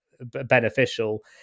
beneficial